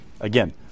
Again